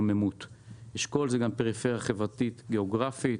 אשכול זה גם פריפריה חברתית גיאוגרפית,